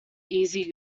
easy